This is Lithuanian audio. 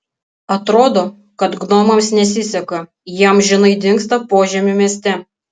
atrodo kad gnomams nesiseka jie amžinai dingsta požemių mieste